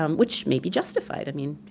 um which may be justified, i mean